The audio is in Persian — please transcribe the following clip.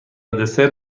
دسر